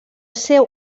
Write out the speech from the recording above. seu